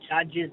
judges